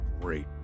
great